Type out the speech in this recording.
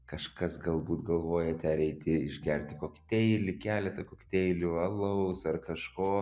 kažkas galbūt galvojate ar eiti išgerti kokteilį keletą kokteilių alaus ar kažko